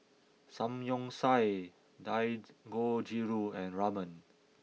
Samgyeopsal Dangojiru and Ramen